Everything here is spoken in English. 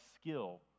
skill